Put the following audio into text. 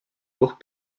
lourds